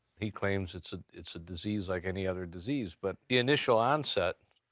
he claims it's a it's a disease like any other disease, but the initial onset